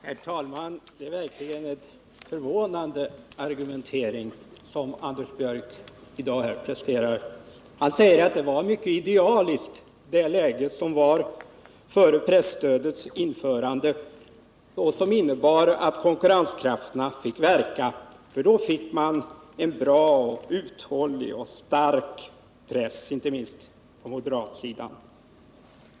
Herr talman! Det är verkligen en förvånande argumentering som Anders Björck i dag presterar. Han säger att det läge som förelåg före presstödets införande och som innebar att marknadskrafterna fick verka var idealiskt. Då fick man en bra, uthållig och stark press, inte minst på moderat håll.